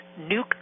Nuke